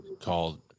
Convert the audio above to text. called